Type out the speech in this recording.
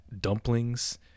dumplings